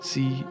See